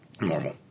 Normal